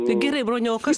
tai gerai broniau o kas